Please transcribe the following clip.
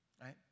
Right